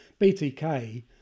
BTK